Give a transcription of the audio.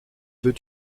veut